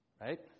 right